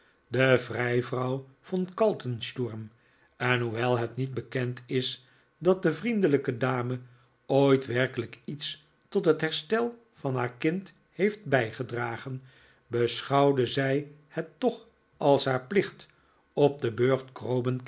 de vrijvrouw von kaltensturm en hoewel het niet bekend is dat de vriendelijke dame ooit werkelijk iets tot het herstel van haar kind heeft bijgedragen beschouwde zij het toch als haar plicht op den